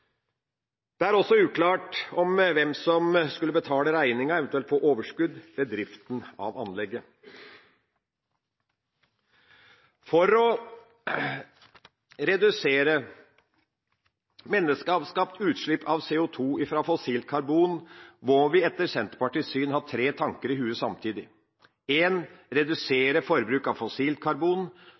Det er også uklart hvem som skulle betale regninga, eventuelt få overskudd ved driften av anlegget. For å redusere menneskeskapt utslipp av CO2 fra fossilt karbon må vi etter Senterpartiets syn har tre tanker i hodet samtidig. Én, redusere forbruk av